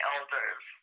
Elders